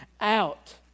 out